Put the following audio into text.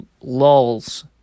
lulls